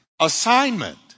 assignment